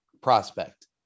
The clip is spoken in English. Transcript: prospect